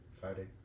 Friday